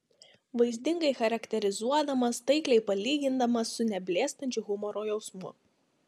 vaizdingai charakterizuodamas taikliai palygindamas su neblėstančiu humoro jausmu